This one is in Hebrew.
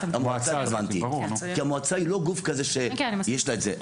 המועצה, כי המועצה היא לא גוף כזה שיש לה את זה.